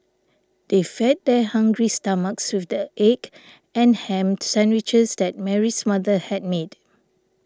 they fed their hungry stomachs with the egg and ham sandwiches that Mary's mother had made